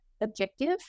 objective